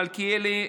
מיכאל מלכיאלי,